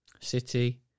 City